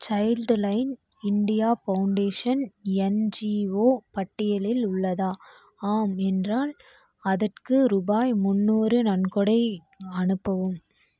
child line India Foundation NGO பட்டியலில் உள்ளதா ஆம் என்றால் அதற்கு ருபாய் முந்நூறு நன்கொடை அனுப்பவும்